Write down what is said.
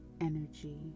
energy